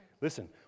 Listen